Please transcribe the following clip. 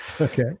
Okay